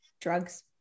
Drugs